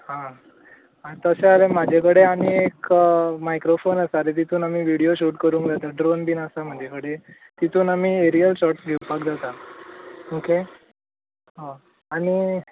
हां तशें जाल्यार म्हजे कडेन एक मायक्रॉफोन आसा तितून विडीयो शूट करूंक जाता ड्रॉन बीन आसा म्हजे कडेन तितून आमी एरियल शॉट्स घेवपाक जाता ऑके आं आनी